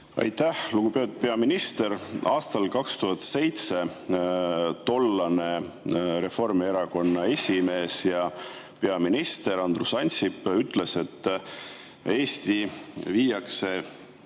Aitäh! Lugupeetud peaminister! Aastal 2007 tollane Reformierakonna esimees ja peaminister Andrus Ansip ütles, et Eesti viiakse